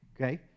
Okay